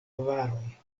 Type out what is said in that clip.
avaroj